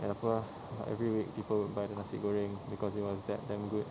and apa every week people will buy the nasi goreng because it was that damn good